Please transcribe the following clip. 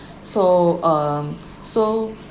so um so